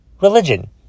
religion